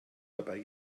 dabei